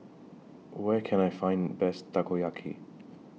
Where Can I Find Best Takoyaki